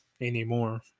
anymore